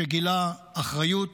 שגילה אחריות